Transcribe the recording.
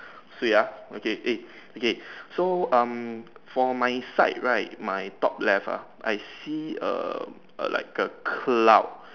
Swee ah okay eh okay so um for my side right my top left ah I see um a like a cloud